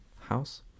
house